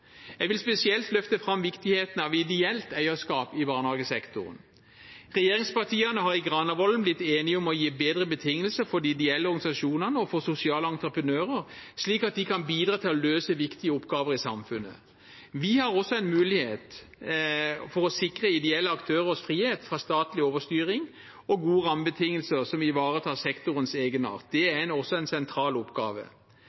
Jeg vil spesielt løfte fram viktigheten av ideelt eierskap i barnehagesektoren. Regjeringspartiene er i Granavolden-erklæringen enige om å gi bedre betingelser for de ideelle organisasjonene og for sosiale entreprenører, slik at de kan bidra til å løse viktige oppgaver i samfunnet. Vi har også en mulighet for å sikre ideelle aktørers frihet fra statlig overstyring og gode rammebetingelser som ivaretar sektorens egenart. Det